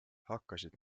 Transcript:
hakkasid